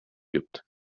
gibt